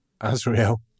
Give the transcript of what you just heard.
Azrael